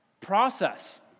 process